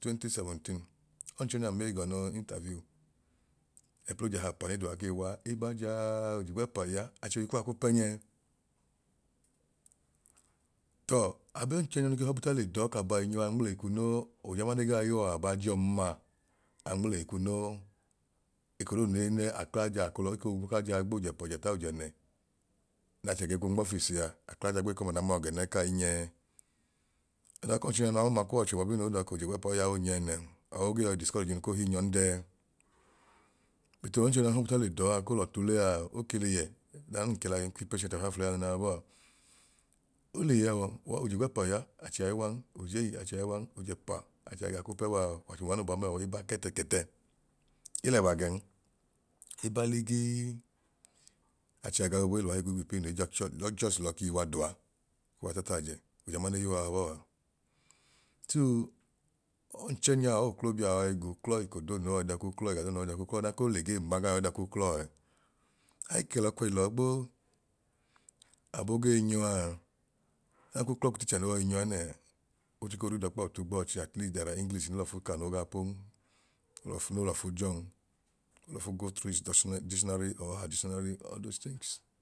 2017 ọnchọnyam ei gọ nọọ interview ẹpl'ojahaapa ne duwa kee waa eba jaaaa oj'igwẹpa iya achohi kuwa ku pẹnyẹ tọọ abọnchọnya nu ke họbu ta le dọọ ka bai nyọọa anmleikwu noo ojama ne gaa yuọ a aba jọọn ma anmleikwu noo eko doodu ne ne akla jaa akla jaa gb'ojẹpa ojẹta ojẹnẹ n'achẹ ge gwu nm'office a akla jaagbeko ọma na mua gẹn ẹẹkai nyẹ. Ọdan k'ọnchọnyanu ọma koo w'ọcho bọbi nẹ odọọ k'ojigwẹpa awoo nyẹ nẹn or ogee yọi discourage iinu koo hii nyọn dẹẹ but ọnchọnyanu họbu ta le dọọ koo lọtu leaa oke le yẹ ọda ayan kẹlalẹyi kw'impatient afaafulẹyi ananaa yọbọọa. Ole yẹa wa ojigwẹpa iya achẹa iwan ojei achẹa iwan ojẹpa achẹa gaa ku pẹwa but uwa noo ba mẹa ohi ba kẹtẹ kẹtẹ elẹwa gẹn eba ligii, achẹa gaa boobua eluwa higwu g'ipiinuejọ chọ ejust l'ọkiiyuwa duwa kuwa itataajẹ ojama ne yuwaa yọbọọa. Soo ọnchọnya or oklobiaa yọi g'uuklọ eko doodu no yọi dọk'uklọ ẹga doodu no yọi dọọk'uklọ ọdan ko l'egee ma gaa nyọi dọọ k'uklọ ẹẹ ai kẹlọ'kwẹyi lọọgboo. Abo gee nyọ aa odan k'uklọ k'uticha no yọi nyọa nẹẹ ochiko read ọkpa otu gbọọchi at least there english ne lọfu ka no gaa pon no lọfu no lọfu jọọn olọfu go through his dictionary or her dictionary or those things